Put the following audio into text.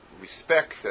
Respect